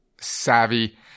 savvy